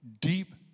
Deep